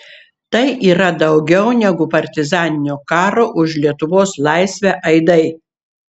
tai yra daugiau negu partizaninio karo už lietuvos laisvę aidai